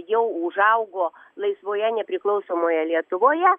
jau užaugo laisvoje nepriklausomoje lietuvoje